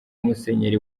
musenyeri